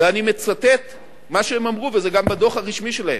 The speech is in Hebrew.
ואני מצטט מה שהם אמרו, וזה גם בדוח הרשמי שלהם: